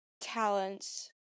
talents